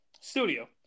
studio